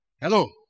Hello